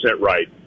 right